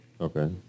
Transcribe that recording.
Okay